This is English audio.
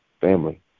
family